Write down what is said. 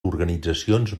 organitzacions